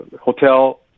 hotel